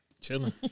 chilling